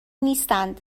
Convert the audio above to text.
نیستند